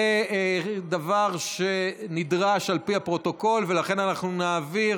זה דבר שנדרש על פי הפרוטוקול, ולכן אנחנו נעביר